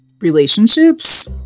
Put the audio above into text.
relationships